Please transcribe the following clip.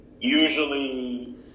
usually